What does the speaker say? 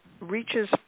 reaches